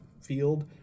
field